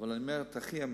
אבל אני אומר את הכי אמת.